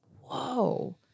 whoa